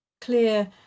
clear